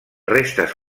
restes